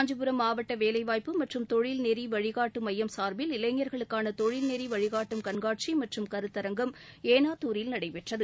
காஞ்சிபுரம் மாவட்ட வேலைவாய்பபு மற்றும் தொழில் நெறி வழிகாட்டு மையம் சார்பில் இளைஞா்களுக்கான தொழில் நெறி வழிகாட்டும் கண்காட்சி மற்றும் கருத்தரங்கம் ஏனாத்தூரில் நடைபெற்றது